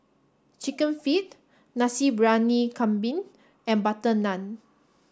Chicken Feet Nasi Briyani Kambing and Butter Naan